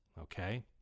Okay